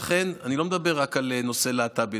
אני לא מדבר רק על נושא להט"בי,